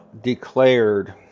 declared